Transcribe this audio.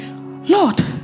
Lord